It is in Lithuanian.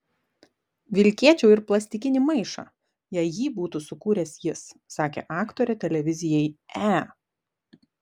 vilkėčiau ir plastikinį maišą jei jį būtų sukūręs jis sakė aktorė televizijai e